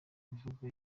imvugo